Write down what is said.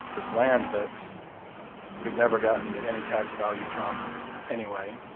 this land that we've never gotten any tax value from anyway